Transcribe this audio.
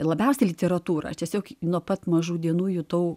labiausiai literatūrą aš tiesiog nuo pat mažų dienų jutau